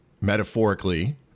metaphorically